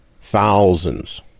thousands